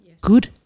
good